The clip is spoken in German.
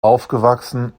aufgewachsen